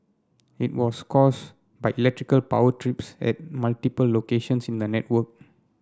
it was caused by electrical power trips at multiple locations in the network